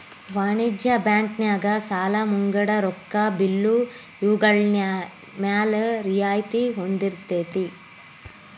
ವಾಣಿಜ್ಯ ಬ್ಯಾಂಕ್ ನ್ಯಾಗ ಸಾಲಾ ಮುಂಗಡ ರೊಕ್ಕಾ ಬಿಲ್ಲು ಇವ್ಗಳ್ಮ್ಯಾಲೆ ರಿಯಾಯ್ತಿ ಹೊಂದಿರ್ತೆತಿ